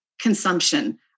consumption